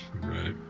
Right